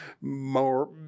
more